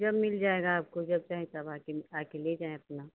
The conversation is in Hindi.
जब मिल जाएगा आपको जब चाहें तब आके आके ले जाएँ अपना